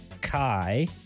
Kai